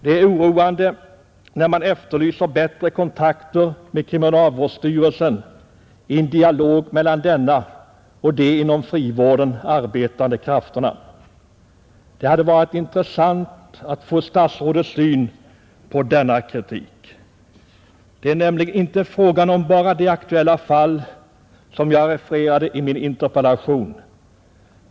Det är oroande när man efterlyser bättre kontakter med kriminalvårdsstyrelsen, en dialog mellan denna och de inom frivården arbetande krafterna. Det hade varit intressant att få statsrådets syn på denna kritik. Det är nämligen inte bara fråga om det aktuella fall som jag refererade i min interpellation.